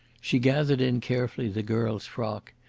she gathered in carefully the girl's frock.